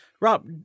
Rob